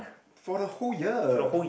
for the whole year